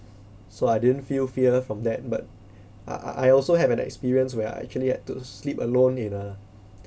so I didn't feel fear from that but I I also have an experience where I actually had to sleep alone in a